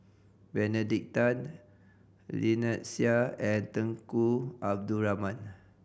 Benedict Tan Lynnette Seah and Tunku Abdul Rahman